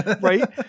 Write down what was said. Right